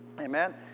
Amen